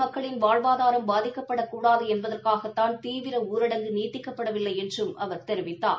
மக்களின் வாழ்வாதாரம் பாதிக்கப்படக் கூடாது என்பதற்காகத்தாள் ஏழை த்விர ஊரடங்கு நீட்டிக்கப்படவில்லை என்றும் அவர் தெரிவித்தார்